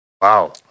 Wow